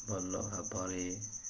ଭଲ ଭାବରେ